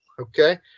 Okay